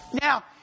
Now